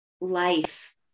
life